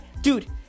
Dude